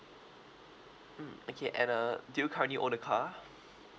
mm okay and uh do you currently own a car